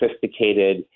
sophisticated